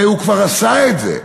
הרי הוא כבר עשה את זה.